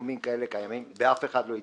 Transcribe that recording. פיגומים כאלה קיימים, ואף אחד לא התייחס.